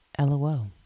LOL